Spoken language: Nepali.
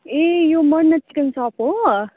ए यो मैना चिकन सप हो